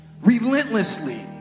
relentlessly